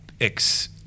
ex